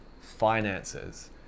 finances